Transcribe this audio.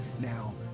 Now